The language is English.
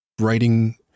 writing